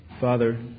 Father